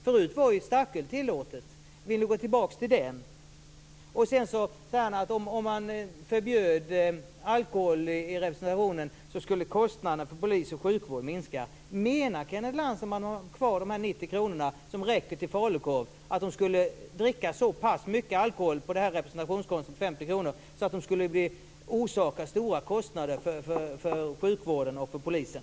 Förut var starköl tillåtet. Vill ni gå tillbaks till det? Han sade också att kostnaderna för polis och sjukvård skulle minska om man förbjöd avdrag för alkohol vid representation. Låt säga att avdragsgränsen ligger kvar på 90 kr, som räcker till falukorv. Menar Kenneth Lantz att människor skulle dricka så mycket alkohol på representationskontot att det skulle orsaka stora kostnader för sjukvården och för polisen?